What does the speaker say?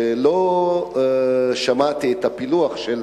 ולא שמעתי את הפילוח של